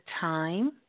time